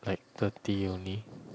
like thirty only